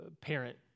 parent